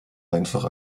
einfach